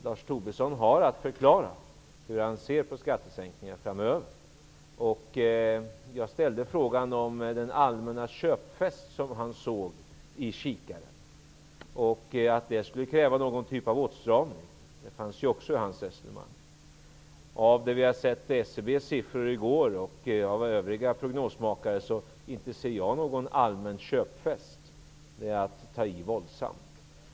Lars Tobisson har alltså att förklara hur han ser på skattesänkningar framöver. Jag ställde en fråga om den allmänna köpfest som Lars Tobisson såg i kikaren. Även detta skulle kräva någon typ av åtstramning enligt Lars Jag ser inte någon allmän köpfest i SCB:s siffror från i går, och inte heller i övriga prognosmakares siffror. Det är att ta i våldsamt.